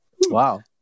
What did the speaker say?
Wow